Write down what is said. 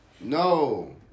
No